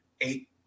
eight